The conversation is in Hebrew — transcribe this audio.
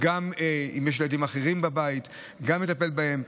ואם יש ילדים אחרים בבית, גם לטפל בהם.